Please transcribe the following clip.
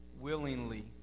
willingly